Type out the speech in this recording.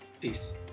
Peace